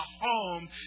home